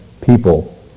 people